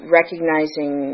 recognizing